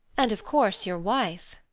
and of course, your wife.